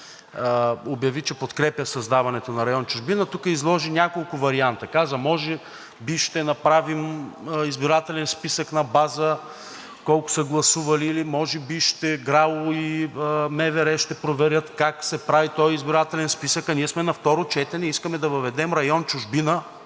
обяви, че подкрепя създаването на район „Чужбина“, тук изложи няколко варианта. Каза: може би ще направим избирателен списък на база колко са гласували или може би ГРАО и МВР ще проверят как се прави този избирателен списък. А ние сме на второ четене и искаме да въведем район „Чужбина“,